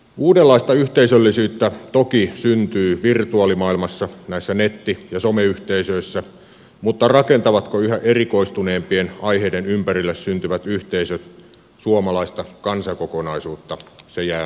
uudenlaista yhteisöllisyyttä toki syntyy virtuaalimaailmassa näissä netti ja some yhteisöissä mutta rakentavatko yhä erikoistuneempien aiheiden ympärille syntyvät yhteisöt suomalaista kansakokonaisuutta se jää nähtäväksi